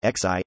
XI